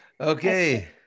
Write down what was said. Okay